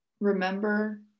Remember